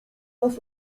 nas